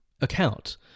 account